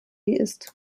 ist